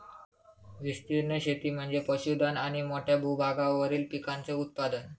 विस्तीर्ण शेती म्हणजे पशुधन आणि मोठ्या भूभागावरील पिकांचे उत्पादन